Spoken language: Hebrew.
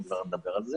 אם כבר מדברים על זה,